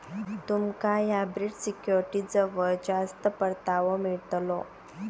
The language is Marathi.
तुमका हायब्रिड सिक्युरिटीजवर जास्त परतावो मिळतलो